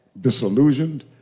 Disillusioned